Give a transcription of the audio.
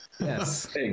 Yes